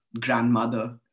grandmother